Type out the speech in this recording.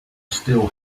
still